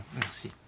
merci